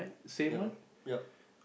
ya ya